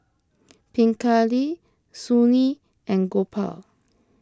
Pingali Sunil and Gopal